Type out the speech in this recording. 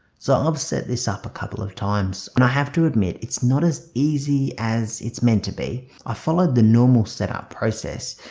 so i've set this up a couple of times and i have to admit it's not as easy as it's meant to be i followed the normal setup process